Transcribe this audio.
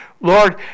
Lord